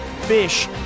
Fish